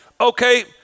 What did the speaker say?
Okay